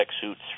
suits